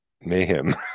mayhem